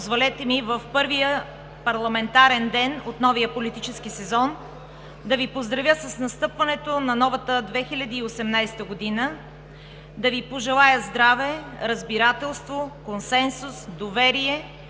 позволете ми в първия парламентарен ден от новия политически сезон да Ви поздравя с настъпването на новата 2018 година, да Ви пожелая здраве, разбирателство, консенсус, доверие